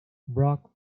brock